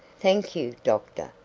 thank you, doctor,